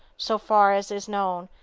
so far as is known,